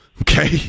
Okay